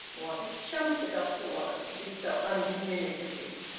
what a chump the doctor was, to be so uncommunicative!